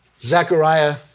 Zechariah